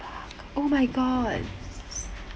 oh my god